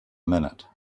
minute